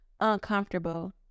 uncomfortable